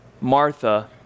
Martha